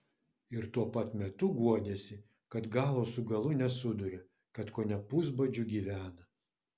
ir tuo pat metu guodėsi kad galo su galu nesuduria kad kone pusbadžiu gyvena